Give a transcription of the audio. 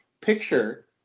picture